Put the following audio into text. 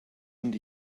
und